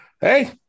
Hey